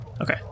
Okay